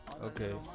okay